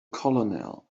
colonel